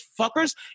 fuckers